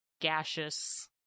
gaseous